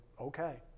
okay